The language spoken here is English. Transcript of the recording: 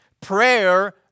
prayer